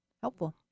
helpful